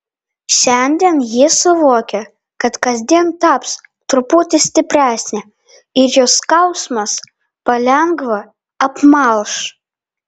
šiandien ji suvokė kad kasdien taps truputį stipresnė ir jos skausmas palengva apmalš